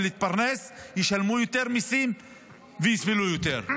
להתפרנס ישלמו יותר מיסים ויסבלו יותר.